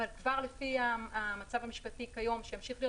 אבל כבר לפי המצב המשפטי כיום שימשיך להיות